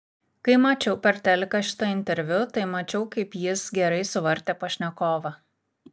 kai mačiau per teliką šitą interviu tai mačiau kaip jis gerai suvartė pašnekovą